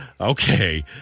Okay